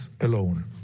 alone